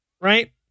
Right